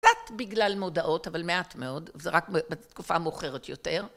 קצת בגלל מודעות, אבל מעט מאוד, זה רק בתקופה מאוחרת יותר.